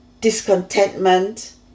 discontentment